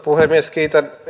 puhemies kiitän